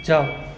जाऊ